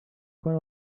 quan